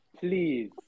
Please